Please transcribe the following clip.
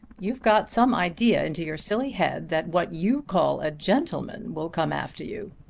you've got some idea into your silly head that what you call a gentleman will come after you.